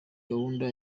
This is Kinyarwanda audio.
gahunda